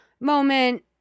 moment